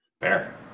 Fair